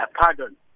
pardon